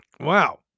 Wow